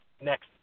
next